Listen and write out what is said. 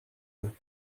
œufs